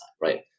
Right